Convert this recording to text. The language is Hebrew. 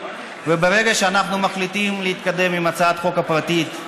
וברגע שאנחנו מחליטים להתקדם עם הצעת החוק הפרטית,